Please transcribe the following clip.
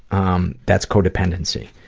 um that's codependency,